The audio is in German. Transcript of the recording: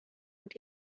und